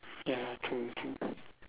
ya true true